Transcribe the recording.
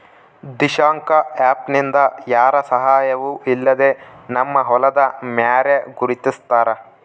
Dishank app ನಿಂದ ಯಾರ ಸಹಾಯವೂ ಇಲ್ಲದೆ ನಮ್ಮ ಹೊಲದ ಮ್ಯಾರೆ ಗುರುತಿಸ್ತಾರ